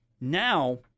now